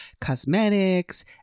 cosmetics